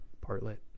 partlet